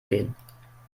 gehen